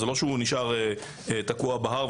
זה לא שהוא נשאר תקוע בהר,